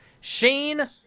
Shane